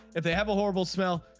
if they have a horrible smell.